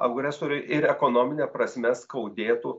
agresoriui ir ekonomine prasme skaudėtų